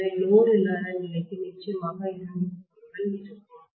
எனவே லோடு இல்லாத நிலைக்கு நிச்சயமாக இரண்டு கூறுகள் இருக்கும்